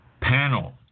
Panel